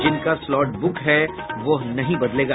जिनका slot book है वह नहीं बदलेगा